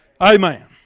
Amen